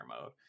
mode